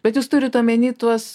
bet jūs turit omeny tuos